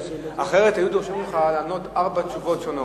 אחרת היו דורשים ממך לענות ארבע תשובות שונות.